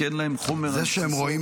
כי אין להם חומר --- זה שהם רואים